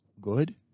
good